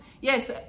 yes